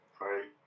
Right